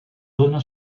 dóna